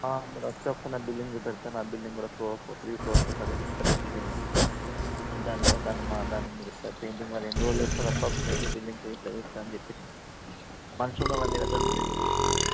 మీరు వస్తే ఒకసారి నా బిల్డింగ్ చూపెడతాను నా బిల్డింగ్ కూడా ఒక త్రీ ఫ్లోర్స్ ఉంటుంది పెద్ద బిల్డింగే దాన్ని దాన్ని దాన్ని మీరు ఒకసారి పెయింటింగ్ ఎన్ని రోజులు వేస్తారు అప్రాక్స్మెట్లీ బిల్డింగ్కి ఇట్లా వేస్తే అని చెప్పేసి మనుషులు ఉండరా మీ దగ్గర మరి